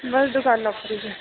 बस दुकानै उप्पर ही ऐ